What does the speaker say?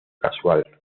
casual